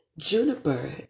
Juniper